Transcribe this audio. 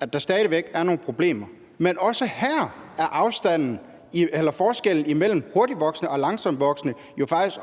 at der stadig væk er nogle problemer, men også her er forskellen imellem hurtigtvoksende og langsomtvoksende kyllinger jo faktisk